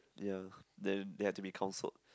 ya then they had to be counselled